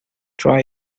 try